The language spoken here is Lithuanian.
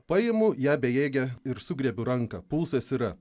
paimu ją bejėgę ir sugriebiu ranką pulsas yra